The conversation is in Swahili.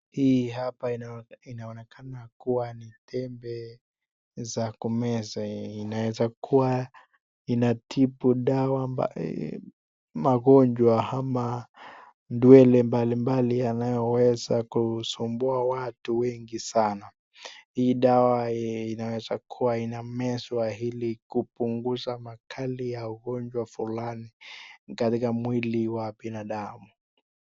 Hii hapa inaonekana kuwa ni tembe za kumeza. Inaweza kuwa inatibu magonjwa ama ndwele mbalimbali yanayoweza kusumbua watu wengi sana. Hii dawa inaweza kuwa inamezwa ili kupunguza makali ya ugonjwa fulani katika mwili wa binadamu.